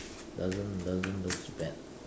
doesn't doesn't looks bad